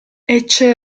ecce